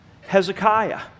Hezekiah